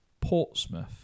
Portsmouth